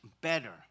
better